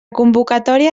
convocatòria